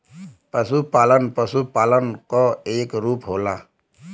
पसुपालन पसुपालन क एक रूप होला